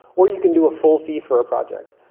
or you can do a full fee for a project.